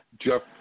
Jeff